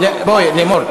בואי, לימור,